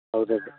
అవునండి